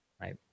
right